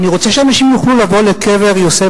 בקבר יוסף